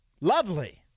Lovely